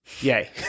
Yay